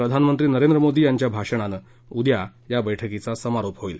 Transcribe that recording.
प्रधांनमंत्री नरेंद्र मोदी यांच्या भाषणानं उद्या या बैठकीचा समारोप होईल